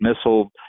missile